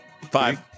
Five